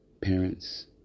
parents